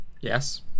yes